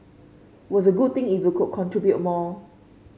was a good thing if you could contribute more